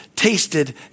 tasted